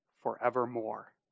forevermore